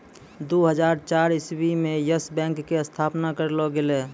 दु हजार चार इस्वी मे यस बैंक के स्थापना करलो गेलै